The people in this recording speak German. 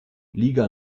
liga